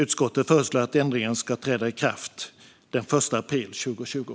Utskottet föreslår att ändringen ska träda i kraft den 1 april 2020.